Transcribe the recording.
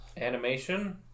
Animation